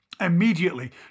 Immediately